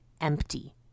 empty